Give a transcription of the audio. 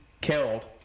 killed